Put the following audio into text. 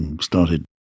started